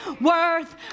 worth